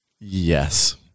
Yes